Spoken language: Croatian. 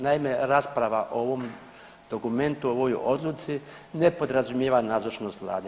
Naime, rasprava o ovom dokumentu, ovoj odluci ne podrazumijeva nazočnost vlade.